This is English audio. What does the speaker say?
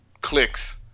clicks